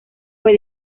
fue